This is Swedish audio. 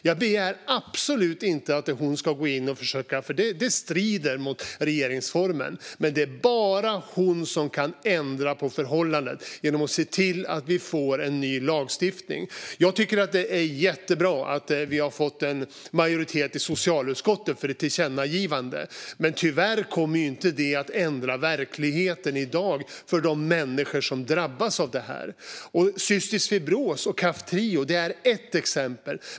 Jag begär absolut inte att hon ska gå in och försöka göra något som strider mot regeringsformen, men det är bara hon som kan ändra på förhållandet genom att se till att vi får en ny lagstiftning. Det är jättebra att en majoritet i socialutskottet står bakom förslaget om ett tillkännagivande. Men det kommer tyvärr inte att ändra verkligheten i dag för de människor som drabbas av det här. Cystisk fibros och Kaftrio är ett exempel.